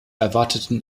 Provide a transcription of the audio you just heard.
erwarteten